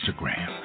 Instagram